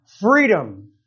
freedom